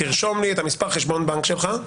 תרשום לי את מספר חשבון הבנק שלך,